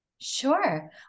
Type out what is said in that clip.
Sure